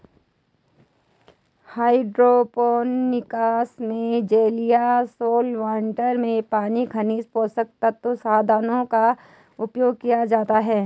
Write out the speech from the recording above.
hydroponics में जलीय solvents में पानी खनिज पोषक तत्व समाधानों का उपयोग किया जाता है